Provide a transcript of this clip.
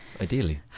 Ideally